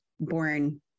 born